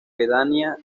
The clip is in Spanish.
pedanía